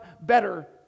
better